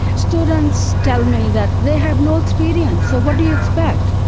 students tell me that they have no experience, so what do you expect?